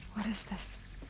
what is this?